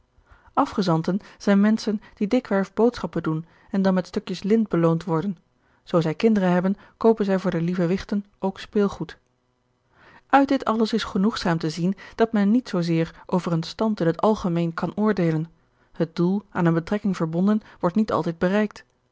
afgezanten zijn menschen die dikwerf boodschappen doen en dan met stukjes lint beloond worden zoo zij kinderen hebben koopen zij voor de lieve wichten ook speelgoed uit dit alles is genoegzaam te zien dat men niet zoo zeer over een stand in het algemeen kan oordeelen het doel aan eene betrekking verbonden wordt niet altijd bereikt